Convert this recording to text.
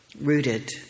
rooted